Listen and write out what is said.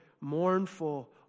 mournful